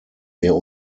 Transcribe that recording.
wir